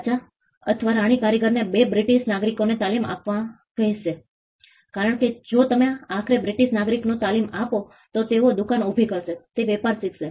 રાજા અથવા રાણી કારીગરને 2 બ્રિટિશ નાગરિકોને તાલીમ આપવા કહેશે કારણ કે જો તમે આખરે બ્રિટિશ નાગરિકોને તાલીમ આપો તો તેઓ દુકાન ઊભી કરશે તે વેપાર શીખશે